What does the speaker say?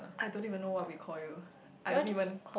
I don't even know what we call you I don't even